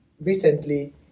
recently